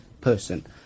person